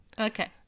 okay